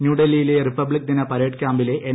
ന്യൂഡൽഹിയില്ലി republic ദിന parade ക്യാമ്പിലെ N